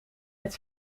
het